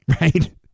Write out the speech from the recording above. right